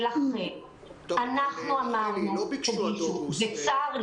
לא ביקשו עד אוגוסט,